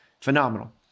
phenomenal